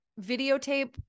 videotape